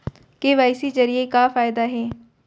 KYC जरिए के का फायदा हे?